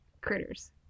critters